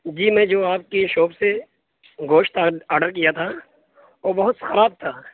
جی میں جو آپ کے شاپ سے گوشت آج آڈر کیا تھا وہ بہت خراب تھا